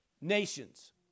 nations